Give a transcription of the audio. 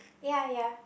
ya ya